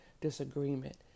disagreement